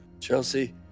Chelsea